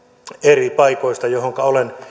eri paikoista joihinka olen